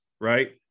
right